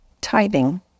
tithing